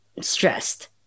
stressed